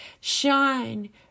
Shine